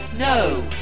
No